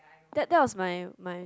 that that was my my